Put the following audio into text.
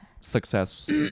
success